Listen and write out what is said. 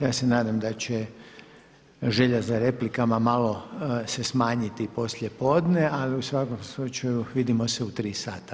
Ja se nadam da će želja za replikama malo se smanjiti poslijepodne, ali u svakom slučaju vidimo se u tri sata.